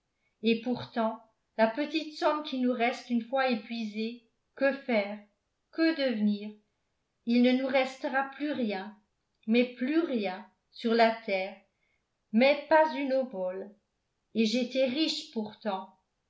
et pourtant la petite somme qui nous reste une fois épuisée que faire que devenir il ne nous restera plus rien mais plus rien sur la terre mais pas une obole et j'étais riche pourtant